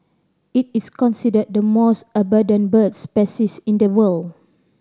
it is considered the most abundant bird species in the world